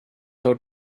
her